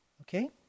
Okay